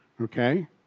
Okay